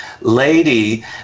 lady